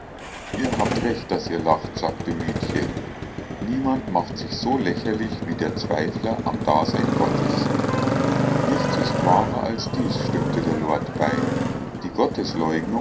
ihr habt recht daß ihr lacht sagte mietje niemand macht sich so lächerlich wie der zweifler am dasein gottes nichts ist wahrer als dies stimmte der lord bei die